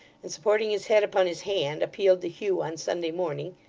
and supporting his head upon his hand, appealed to hugh on sunday morning,